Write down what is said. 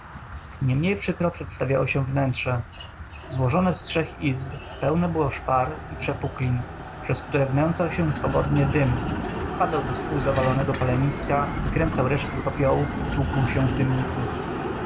mniej przykro przedstawiało się wnętrze złożone z trzech izb pełne było szpar i przepuklin przez które wnęcał się swobodnie wiatr wpadał do wpółzawalonego paleniska wykręcał resztki popiołów i tłukł się w dymniku